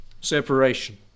separation